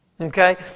Okay